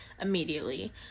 immediately